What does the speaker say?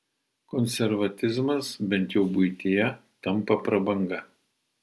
konservatizmas bent jau buityje tampa prabanga